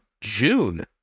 June